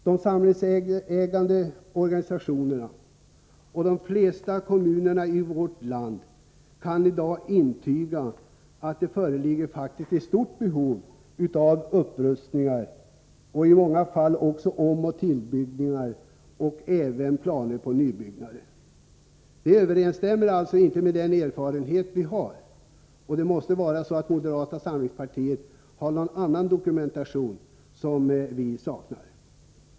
De samlingslokalägande organisationerna och de flesta kommunerna i vårt land kan i dag intyga att det faktiskt föreligger ett stort behov av upprustningar, i många fall också av omoch tillbyggnader samt planer på nybyggnader. Moderata samlingspartiets uppfattning överensstämmer alltså inte med den erfarenhet vi har. Det måste vara så att moderaterna har någon annan dokumentation, som vi saknar.